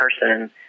person